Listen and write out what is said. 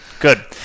Good